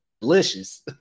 delicious